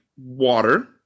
Water